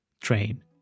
train